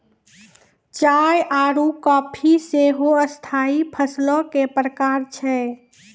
चाय आरु काफी सेहो स्थाई फसलो के प्रकार छै